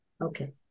Okay